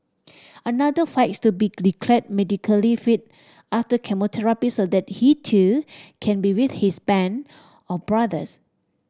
another fights to be declared medically fit after so that he too can be with his band of brothers